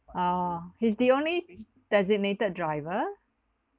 oh he's the only designated driver